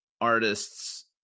artists